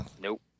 Nope